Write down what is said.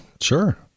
Sure